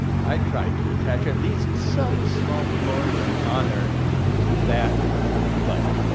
i tried to attach at least some small glory and honor to that team play.